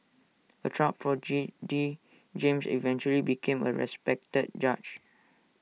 A child prodigy James eventually became A respected judge